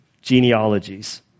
genealogies